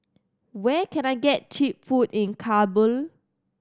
where can I get cheap food in Kabul